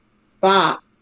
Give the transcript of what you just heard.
stop